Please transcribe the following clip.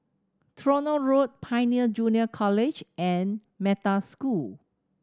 Tronoh Road Pioneer Junior College and Metta School